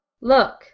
look